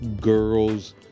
Girls